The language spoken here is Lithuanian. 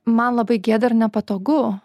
man labai gėda ir nepatogu